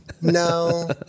No